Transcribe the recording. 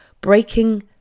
breaking